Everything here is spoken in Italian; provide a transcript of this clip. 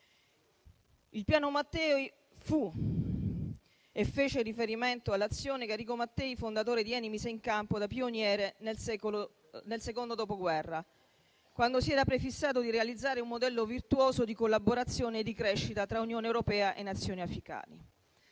Il Piano Mattei faceva riferimento all'azione che Enrico Mattei, fondatore di ENI, mise in campo da pioniere nel secondo Dopoguerra, quando si prefissò di realizzare un modello virtuoso di collaborazione e di crescita tra Unione europea e Nazioni africane.